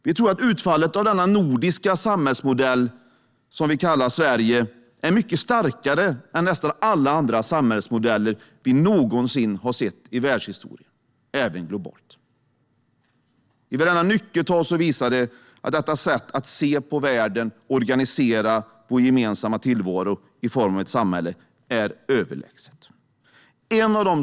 Vi tror att utfallet av denna nordiska samhällsmodell, som vi kallar Sverige, är mycket starkare än nästan alla andra samhällsmodeller som vi någonsin har sett i världshistorien, även globalt. Vartenda nyckeltal visar att detta sätt att se på världen och organisera vår gemensamma tillvaro i form av ett samhälle är överlägset.